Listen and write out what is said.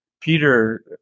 Peter